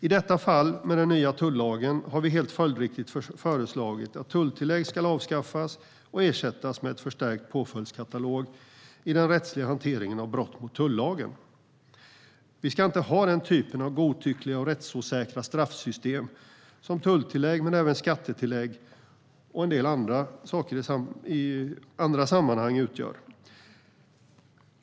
I detta fall, med den nya tullagen, har vi helt följdriktigt föreslagit att tulltillägg ska avskaffas och ersättas med en förstärkt påföljdskatalog i den rättsliga hanteringen av brott mot tullagen. Vi ska inte ha den typen av godtyckliga och rättsosäkra straffsystem som tulltillägg, men även skattetillägg och en del andra saker i andra sammanhang, utgör.